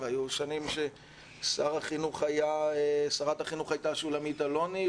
והיו שנים ששרת החינוך הייתה שולמית אלוני,